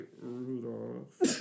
Rudolph